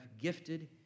gifted